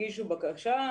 הגישו בקשה,